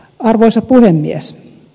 arvoisa puhemies